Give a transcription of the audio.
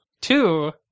Two